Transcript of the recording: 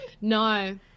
No